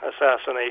assassination